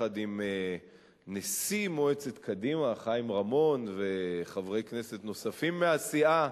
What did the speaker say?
יחד עם נשיא מועצת קדימה חיים רמון וחברי כנסת נוספים מהסיעה,